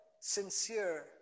sincere